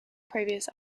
previous